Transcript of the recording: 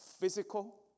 physical